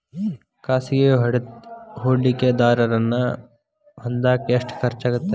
ಖಾಸಗಿ ಹೂಡಕೆದಾರನ್ನ ಹೊಂದಾಕ ಎಷ್ಟ ಖರ್ಚಾಗತ್ತ